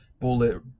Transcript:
bullet